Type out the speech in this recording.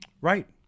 right